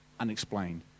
unexplained